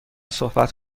صحبت